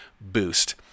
boost